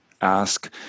ask